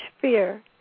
fear